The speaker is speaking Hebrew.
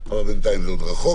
אבל בינתיים זה עוד רחוק